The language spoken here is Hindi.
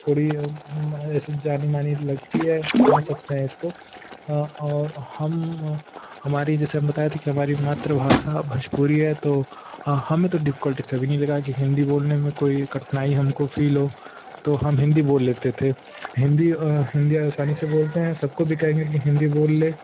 थोड़ी ऐसे जानी मानी लगती है समझ सकते हैं इसको और हम हमारी जैसे हम बता रहें थे की हमारी मातृभाषा भोजपुरी है तो हमें तो डिफिकल्टी कभी नहीं लगी हिंदी बोलने में कोई कठिनाई हमको फील हो तो हम हिंदी बोल लेते थे हिंदी हिंदी आसानी से बोलते हैं सबको दिकाने के लिए हिंदी बोल ले